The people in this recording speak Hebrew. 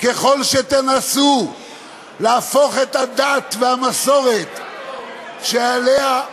ככל שתנסו להפוך את הדת והמסורת שעליה,